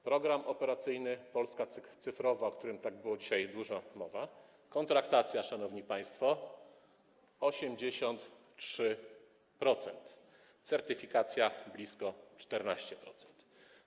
Program Operacyjny „Polska cyfrowa”, o którym tak dużo dzisiaj mówiono: kontraktacja, szanowni państwo - 83%, certyfikacja - blisko 14%.